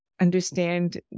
understand